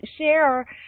share